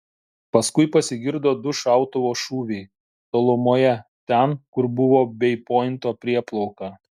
paskui pasigirdo du šautuvo šūviai tolumoje ten kur buvo bei pointo prieplauka